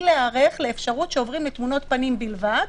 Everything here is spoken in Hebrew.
להיערך לאפשרות שעוברים לתמונות פנים בלבד,